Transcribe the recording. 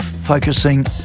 focusing